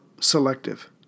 selective